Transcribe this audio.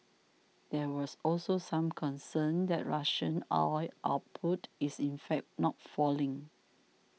there was also some concern that Russian oil output is in fact not falling